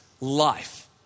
life